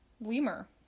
lemur